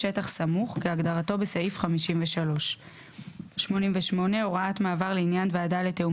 "שטח סמוך" כהגדרתו בסעיף 53. הוראת מעבר לעניין ועדה לתיאום